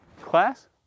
class